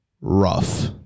rough